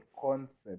concept